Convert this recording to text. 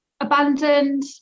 abandoned